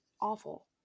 awful